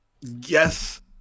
yes